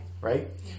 Right